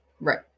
Right